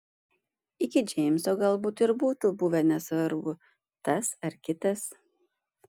iki džeimso galbūt ir būtų buvę nesvarbu tas ar kitas